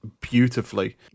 beautifully